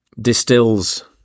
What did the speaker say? distills